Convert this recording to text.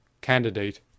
candidate